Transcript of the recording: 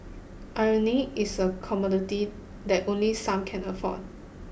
irony is a commodity that only some can afford